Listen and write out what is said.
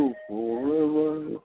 forever